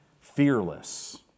Fearless